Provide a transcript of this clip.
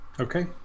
Okay